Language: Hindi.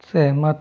सहमत